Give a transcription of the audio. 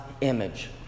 image